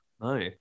No